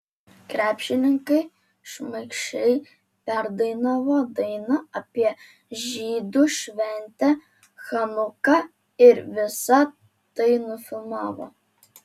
krepšininkai šmaikščiai perdainavo dainą apie žydų šventę chanuką ir visa tai nufilmavo